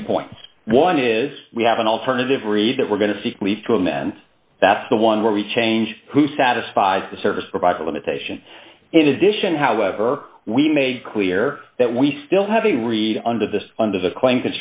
two points one is we have an alternative read that we're going to seek leave to amend that's the one where we change who satisfies the service provider limitation in addition however we made clear that we still have a read under this under the